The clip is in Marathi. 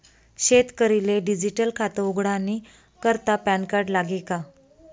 शेतकरीले डिजीटल खातं उघाडानी करता पॅनकार्ड लागी का?